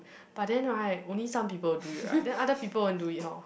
but then right only some people do it right then other people won't do it hor